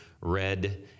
red